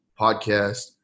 podcast